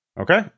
Okay